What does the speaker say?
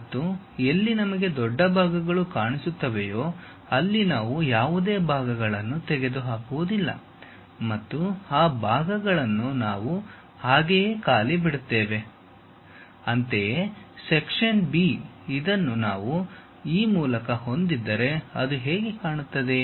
ಮತ್ತು ಎಲ್ಲಿ ನಮಗೆ ದೊಡ್ಡ ಭಾಗಗಳು ಕಾಣಿಸುತ್ತವೆಯೋ ಅಲ್ಲಿ ನಾವು ಯಾವುದೇ ಭಾಗಗಳನ್ನು ತೆಗೆದುಹಾಕುವುದಿಲ್ಲ ಮತ್ತು ಆ ಭಾಗಗಳನ್ನು ನಾವು ಹಾಗೆಯೇ ಖಾಲಿ ಬಿಡುತ್ತೇವೆ Refer Slide Time 2828 ಅಂತೆಯೇ ಸಕ್ಷನ್ ಬಿ ಇದನ್ನು ನಾವು ಈ ಮೂಲಕ ಹೊಂದಿದ್ದರೆ ಅದು ಹೇಗೆ ಕಾಣುತ್ತದೆ